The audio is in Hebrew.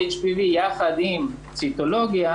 HPV יחד עם ציטולוגיה.